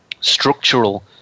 structural